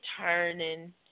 turning